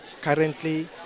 currently